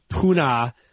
Puna